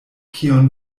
kion